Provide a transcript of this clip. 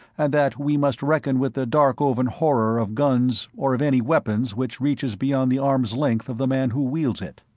and that we must reckon with the darkovan horror of guns or of any weapon which reaches beyond the arm's-length of the man who wields it.